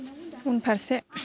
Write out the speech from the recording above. उनफारसे